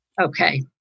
Okay